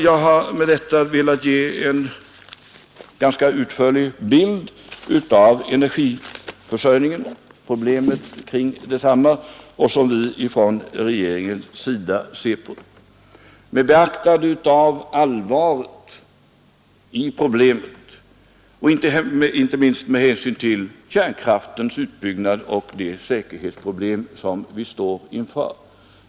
Jag har med detta velat ge en ganska detaljerad bild av problemen kring energiförsörjningen och av hur vi från regeringens sida ser på den frågan med beaktande av allvaret i problemet, inte minst med hänsyn till kärnkraftens utbyggnad och de närhetsproblem som vi står inför.